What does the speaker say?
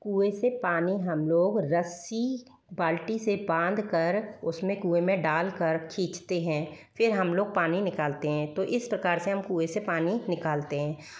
कुएं से पानी हम लोग रस्सी बाल्टी से बांधकर उसमें कुएं में डालकर खींचते हैं फिर हम लोग पानी निकालते हैं तो इस प्रकार से हम कुएं से पानी निकालते हैं